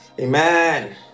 amen